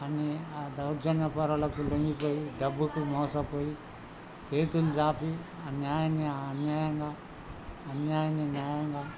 అన్ని ఆ దౌర్జన్య పరులకు లొంగిపోయి డబ్బుకు మోసపోయి చేతులు చాపి అన్యాయంగా అన్యాయంగా అన్యాయాన్ని న్యాయంగా